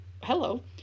hello